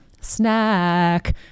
Snack